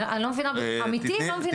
אני לא מבינה אמיתי, לא מבינה.